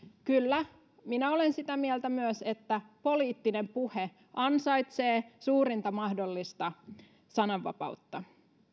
kyllä minä olen sitä mieltä myös että poliittinen puhe ansaitsee suurinta mahdollista sananvapautta